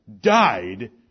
died